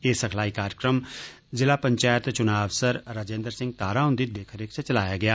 एह् सिखलाई कार्यक्रम ज़िला पंचैत चुनां अफसर राजिन्द्र सिंह तारा हुन्दी दिक्ख रिक्ख च चलाया गेआ